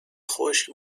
خشک